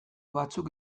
batzuk